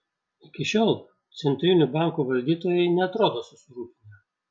iki šiol centrinių bankų valdytojai neatrodo susirūpinę